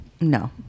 no